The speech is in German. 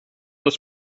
das